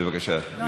בבקשה, גברתי.